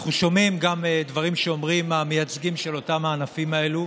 אנחנו שומעים גם דברים שאומרים המייצגים של אותם הענפים האלו.